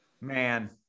man